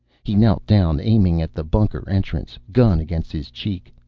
he knelt down, aiming at the bunker entrance, gun against his cheek.